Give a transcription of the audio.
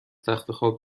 تختخواب